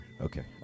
Okay